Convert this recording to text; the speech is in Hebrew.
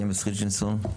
ג'יימס ריצ'רדסון,